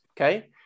Okay